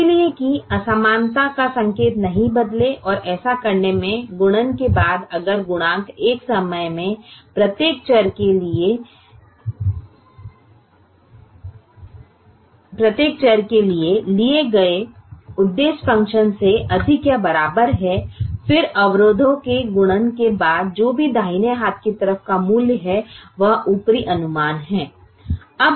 इसलिए कि असमानता का संकेत नहीं बदले और ऐसा करने से गुणन के बाद अगर गुणांक एक समय में प्रत्येक चर के लिए लिए गए उद्देश्य फ़ंक्शन से अधिक या बराबर हैं फिर अवरोधों के गुणन के बाद जो भी दाहिने हाथ की तरफ का मूल्य है वह ऊपरी अनुमान है